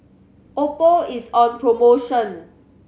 oppo is on promotion